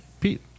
Pete